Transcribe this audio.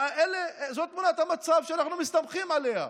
זאת תמונת המצב שאנחנו מסתמכים עליה.